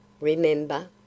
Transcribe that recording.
remember